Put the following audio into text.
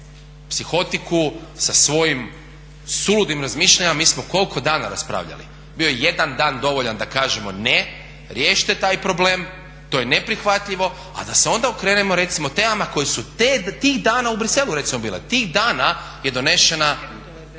psihotiku sa svojim suludim razmišljanjima mi smo koliko dana raspravljali. Bio je jedan dan dovoljan da kažemo ne, riješite taj problem, to je neprihvatljivo, a da se onda okrenemo recimo temama koje su tih dana u Bruxellesu recimo bile. Tih dana je donešena